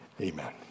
Amen